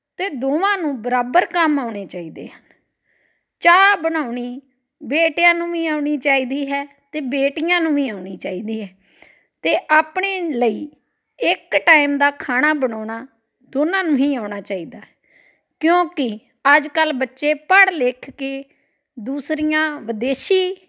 ਅਤੇ ਦੋਵਾਂ ਨੂੰ ਬਰਾਬਰ ਕੰਮ ਆਉਣੇ ਚਾਹੀਦੇ ਹਨ ਚਾਹ ਬਣਾਉਣੀ ਬੇਟਿਆਂ ਨੂੰ ਵੀ ਆਉਣੀ ਚਾਹੀਦੀ ਹੈ ਅਤੇ ਬੇਟੀਆਂ ਨੂੰ ਵੀ ਆਉਣੀ ਚਾਹੀਦੀ ਹੈ ਅਤੇ ਆਪਣੇ ਲਈ ਇੱਕ ਟਾਈਮ ਦਾ ਖਾਣਾ ਬਣਾਉਣਾ ਦੋਨਾਂ ਨੂੰ ਹੀ ਆਉਣਾ ਚਾਹੀਦਾ ਕਿਉਂਕਿ ਅੱਜ ਕੱਲ੍ਹ ਬੱਚੇ ਪੜ੍ਹ ਲਿਖ ਕੇ ਦੂਸਰੀਆਂ ਵਿਦੇਸ਼ੀ